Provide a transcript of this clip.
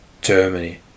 Germany